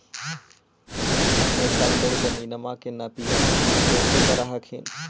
अपने सब लोग जमीनमा के नपीया कैसे करब हखिन?